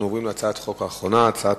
אנחנו עוברים להצעת החוק האחרונה: הצעת